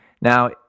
Now